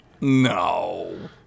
No